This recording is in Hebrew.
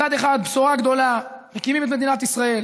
מצד אחד בשורה גדולה: מקימים את מדינת ישראל.